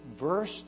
verse